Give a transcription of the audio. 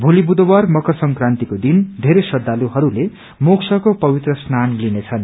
भोल बुधबार मकर संक्रान्तिको दिन वेरै श्रखातुहस्ले मोसको पवित्र स्नान लिनेछन्